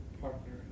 partner